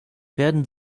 werden